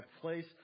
place